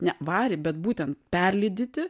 ne varį bet būtent perlydyti